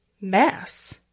mass